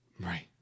Right